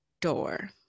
door